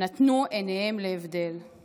נתנו עיניהם להבדל /